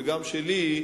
וגם שלי,